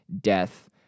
death